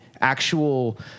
actual